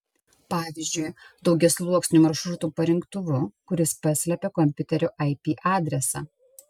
pavyzdžiui daugiasluoksniu maršrutų parinktuvu kuris paslepia kompiuterio ip adresą